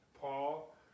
Paul